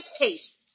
paste